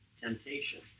temptation